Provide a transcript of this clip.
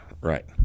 Right